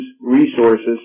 resources